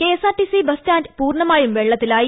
K S R T C stand പൂർണമായും വെള്ളത്തിലായി